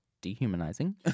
dehumanizing